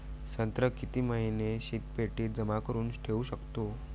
संत्रा किती महिने शीतपेटीत जमा करुन ठेऊ शकतो?